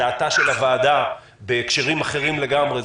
דעתה של הוועדה בהקשרים אחרים לגמרי היא